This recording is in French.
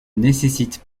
nécessite